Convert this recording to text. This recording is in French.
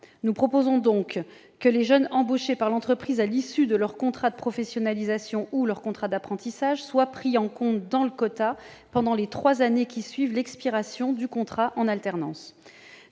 Nous proposons donc que les jeunes embauchés par l'entreprise à l'issue de leur contrat de professionnalisation ou d'apprentissage soient compris dans le quota pendant les trois années suivant l'expiration du contrat en alternance.